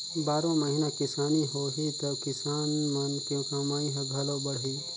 बारो महिना किसानी होही त किसान मन के कमई ह घलो बड़ही